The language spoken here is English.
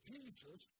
Jesus